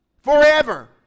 forever